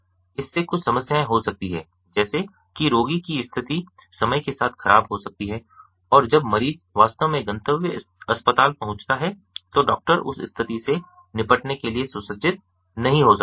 इससे कुछ समस्याएं हो सकती हैं जैसे कि रोगी की स्थिति समय के साथ खराब हो सकती है और जब मरीज वास्तव में गंतव्य अस्पताल पहुंचता है तो डॉक्टर उस स्थिति से निपटने के लिए सुसज्जित नहीं हो सकते हैं